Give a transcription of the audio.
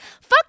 fuck